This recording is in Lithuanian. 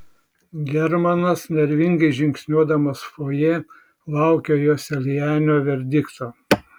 germanas nervingai žingsniuodamas fojė laukė joselianio verdikto